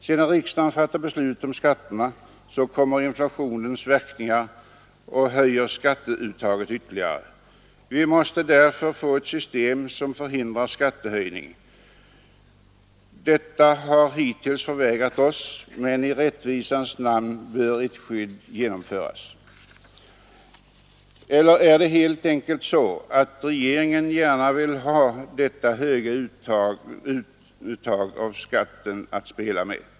Sedan riksdagen fattat beslut om skatterna, kommer inflationens verkningar och höjer skatteuttaget ytterligare. Vi måste därför få ett system som förhindrar automatiska skattehöjningar. Detta har hittills förvägrats oss, men i rättvisans namn bör ett skydd genomföras. Eller är det helt enkelt så att regeringen gärna vill ha detta högre uttag av skatt att spela med?